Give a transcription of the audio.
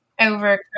over